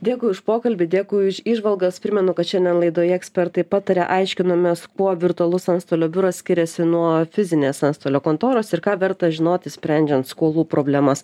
dėkui už pokalbį dėkui už įžvalgas primenu kad šiandien laidoje ekspertai pataria aiškinomės kuo virtualus antstolio biuras skiriasi nuo fizinės antstolio kontoros ir ką verta žinoti sprendžiant skolų problemas